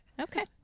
Okay